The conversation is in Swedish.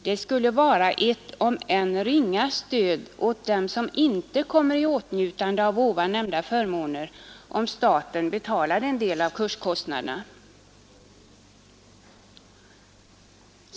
Det skulle bli ett om än ringa stöd åt dem som inte kommer i åtnjutande av nämnda förmåner om staten betalade en del av kurskostnaderna.